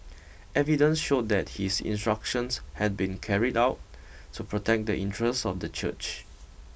evidence showed that his instructions had been carried out to protect the interests of the church